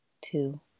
two